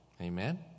Amen